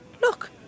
look